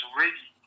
ready